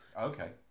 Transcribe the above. Okay